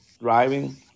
driving